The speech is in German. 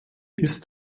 ist